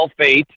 sulfate